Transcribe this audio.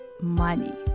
money